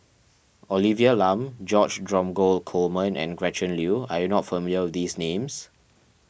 Olivia Lum George Dromgold Coleman and Gretchen Liu are you not familiar with these names